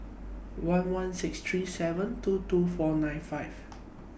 one one six three seven two two four nine five